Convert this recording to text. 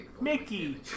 Mickey